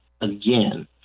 again